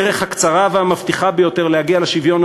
הדרך הקצרה והמבטיחה ביותר להגיע לשוויון